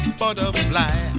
butterfly